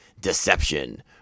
Deception